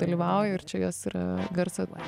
dalyvauja ir čia jos yra garso